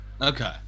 Okay